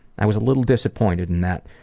i was a little disappointed in that,